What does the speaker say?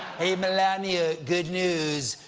hey melania, good news.